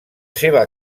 seva